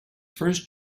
first